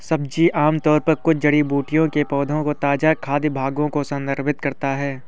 सब्जी आमतौर पर कुछ जड़ी बूटियों के पौधों के ताजा खाद्य भागों को संदर्भित करता है